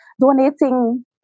donating